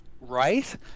Right